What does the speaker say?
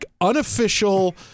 unofficial